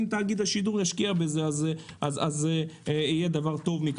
תאגיד השידור ישקיע זה יהיה דבר טוב.